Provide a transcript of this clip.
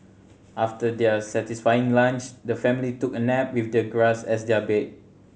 after their satisfying lunch the family took a nap with the grass as their bed